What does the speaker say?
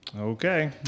Okay